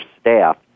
staff